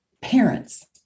parents